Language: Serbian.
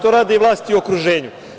To radi i vlasti u okruženju.